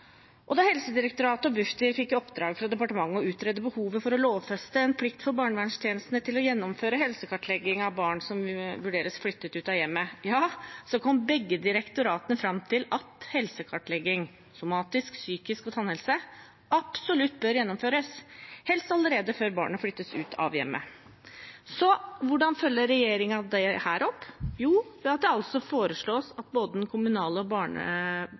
Da Helsedirektoratet og Bufdir fikk i oppdrag av departementet å utrede behovet for å lovfeste en plikt for barnevernstjenestene til å gjennomføre helsekartlegging av barn som vurderes flyttet ut av hjemmet, kom da også begge direktoratene fram til at helsekartlegging – somatisk, psykisk og tannhelse – absolutt bør gjennomføres, helst allerede før barnet flyttes ut av hjemmet. Så hvordan følger regjeringen dette opp? Jo, ved at det altså foreslås at både den kommunale barnevernstjenesten og